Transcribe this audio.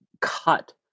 cut